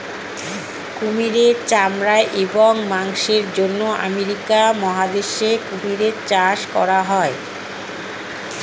কুমিরের চামড়া এবং মাংসের জন্য আমেরিকা মহাদেশে কুমির চাষ করা হয়